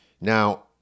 Now